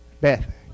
Beth